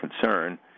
concern